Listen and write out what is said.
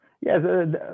yes